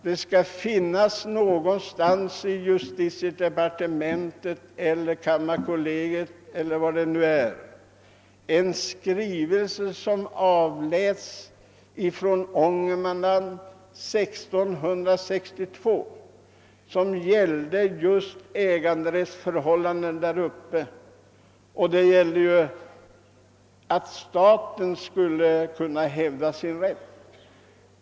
Det skall någonstans i justitiedepartementet eller kammarkollegium eller på något annat håll finnas en skrivelse som ångermanlänningarna avlät 1662 om att staten borde hävda sin äganderätt där uppe.